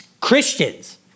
Christians